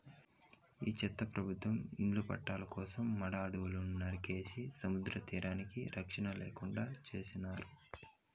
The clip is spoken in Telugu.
ఈ చెత్త ప్రభుత్వం ఇళ్ల పట్టాల కోసం మడ అడవులు నరికించే సముద్రతీరానికి రచ్చన లేకుండా చేసినారు